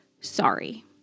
sorry